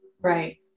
Right